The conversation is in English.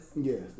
Yes